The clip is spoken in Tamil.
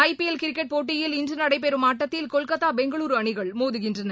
ஐ பி எல் கிரிக்கெட் போட்டியில் இன்று நடைபெறம் ஆட்டத்தில் கொல்கத்தா பெங்களூ அணிகள் மோதுகின்றன